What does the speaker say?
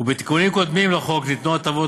ובתיקונים קודמים לחוק ניתנו הטבות